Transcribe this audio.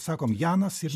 sakome janas ir